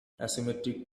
asymmetric